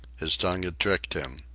his tongue had tricked him.